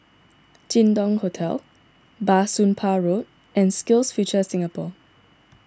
Jin Dong Hotel Bah Soon Pah Road and SkillsFuture Singapore